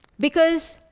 because